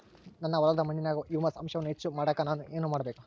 ನನ್ನ ಹೊಲದ ಮಣ್ಣಿನಾಗ ಹ್ಯೂಮಸ್ ಅಂಶವನ್ನ ಹೆಚ್ಚು ಮಾಡಾಕ ನಾನು ಏನು ಮಾಡಬೇಕು?